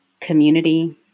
community